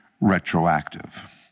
retroactive